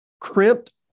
Crimped